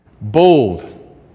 Bold